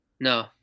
No